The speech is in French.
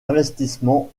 investissements